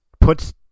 puts